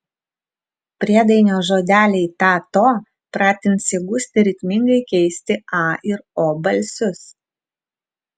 priedainio žodeliai ta to pratins įgusti ritmingai keisti a ir o balsius